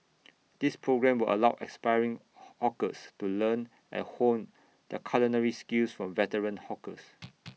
this programme will allow aspiring hawkers to learn and hone their culinary skills from veteran hawkers